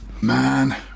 Man